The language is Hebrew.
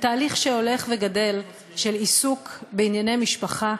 תהליך שהולך וגדל של עיסוק בענייני משפחה,